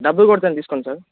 డబ్బులు కొడతాను తీసుకోండి సార్